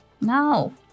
No